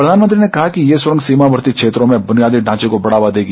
प्रधानमंत्री ने कहा कि ये सुरंग सीमावर्ती क्षेत्रों में बुनियादी ढांचे को बढ़ावा देगी